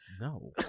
No